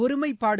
ஒருமைப்பாடு